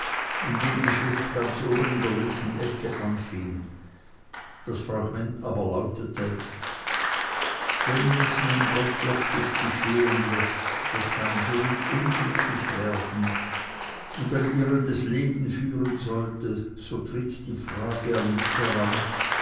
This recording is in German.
indem die schrift ganz oben in der linken ecke anfing das fragment aber lautete wenn es nun gott wirklich geschehen läßt daß mein sohn unglücklich werden und ein irrendes leben führen sollte so tritt die frage an mich heran